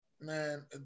Man